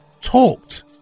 talked